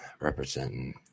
representing